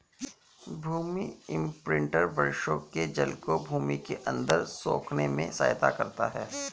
भूमि imprinter वर्षा के जल को भूमि के अंदर सोखने में सहायता करता है